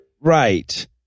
Right